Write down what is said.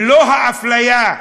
ולא האפליה,